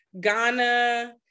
Ghana